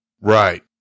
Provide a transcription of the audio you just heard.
right